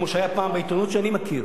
כמו שהיה פעם בעיתונות שאני מכיר,